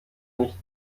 nicht